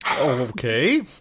okay